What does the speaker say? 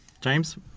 James